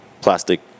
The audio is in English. plastic